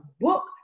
book